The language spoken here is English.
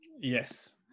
Yes